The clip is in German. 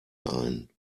ein